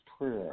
prayer